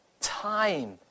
Time